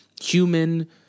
human